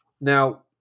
now